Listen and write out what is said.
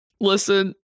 listen